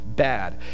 Bad